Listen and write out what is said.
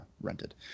rented